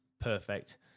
Perfect